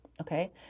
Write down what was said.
Okay